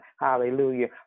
hallelujah